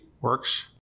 works